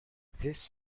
this